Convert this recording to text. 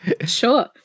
Sure